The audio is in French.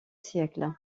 siècle